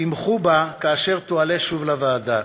ותמכו בה כאשר תועלה שוב לוועדה.